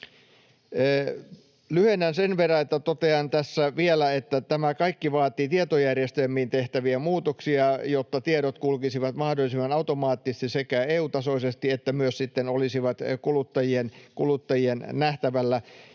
Lyhennän sen verran, että totean tässä vielä, että tämä kaikki vaatii tietojärjestelmiin tehtäviä muutoksia, jotta tiedot kulkisivat mahdollisimman automaattisesti EU-tasoisesti ja olisivat myös kuluttajien nähtävillä.